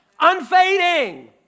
unfading